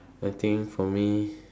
I think for me